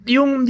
Yung